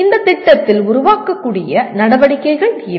இந்த திட்டத்தில் உருவாக்கக்கூடிய நடவடிக்கைகள் இவை